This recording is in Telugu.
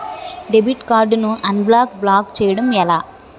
డెబిట్ కార్డ్ ను అన్బ్లాక్ బ్లాక్ చేయటం ఎలా?